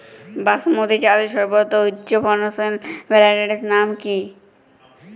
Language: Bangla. বাসমতী চালের সর্বোত্তম উচ্চ ফলনশীল ভ্যারাইটির নাম কি?